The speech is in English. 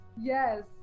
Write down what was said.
Yes